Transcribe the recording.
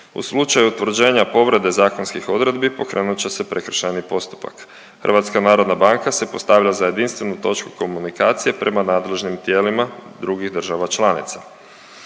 U slučaju utvrđenja potvrde zakonskih odredbi pokrenut će se prekršajni postupak. HNB se postavlja za jedinstvenu točku komunikacije prema nadležnim tijelima drugih država članica.